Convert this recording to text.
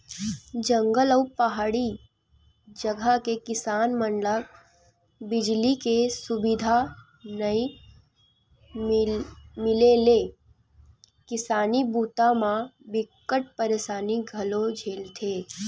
जंगल अउ पहाड़ी जघा के किसान मन ल बिजली के सुबिधा नइ मिले ले किसानी बूता म बिकट परसानी घलोक झेलथे